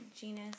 genus